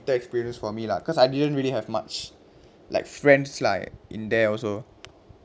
bitter experience for me lah cause I didn't really have much like friends like in there also